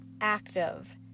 active